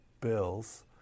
bills